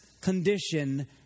condition